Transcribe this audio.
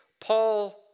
Paul